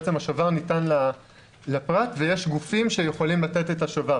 בעצם השובר ניתן לפרט ויש גופים שיכולים לתת את השובר,